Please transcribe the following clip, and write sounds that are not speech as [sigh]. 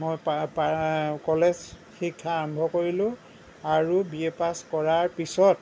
মই [unintelligible] কলেজ শিক্ষা আৰম্ভ কৰিলোঁ আৰু বি এ পাছ কৰাৰ পিছত